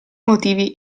motivi